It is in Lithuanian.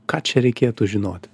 ką čia reikėtų žinoti